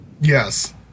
Yes